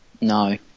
no